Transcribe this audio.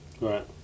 Right